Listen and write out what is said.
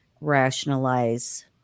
rationalize